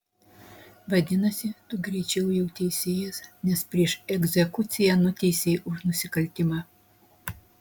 vadinasi tu greičiau jau teisėjas nes prieš egzekuciją nuteisei už nusikaltimą